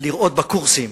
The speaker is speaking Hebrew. לראות בקורסים,